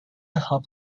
help